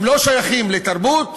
הם לא שייכים לתרבות,